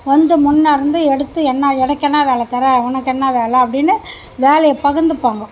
வந்து முன்னிருந்து எடுத்து என்ன எனக்கு என்ன வேலைத்தர உனக்கு என்ன வேலை அப்படின்னு வேலையை பகுர்ந்துப்பாங்க